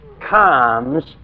comes